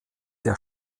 der